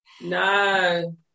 No